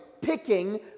picking